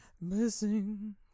Missing